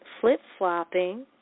flip-flopping